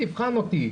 תבחן אותי',